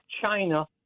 China